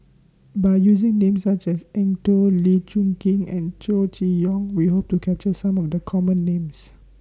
By using Names such as Eng Tow Lee Choon Kee and Chow Chee Yong We Hope to capture Some of The Common Names